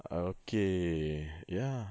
okay ya